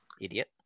idiot